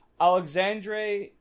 Alexandre